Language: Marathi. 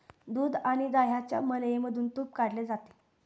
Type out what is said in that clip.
दूध आणि दह्याच्या मलईमधून तुप काढले जाते